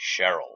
Cheryl